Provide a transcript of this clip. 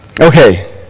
Okay